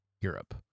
Europe